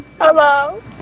Hello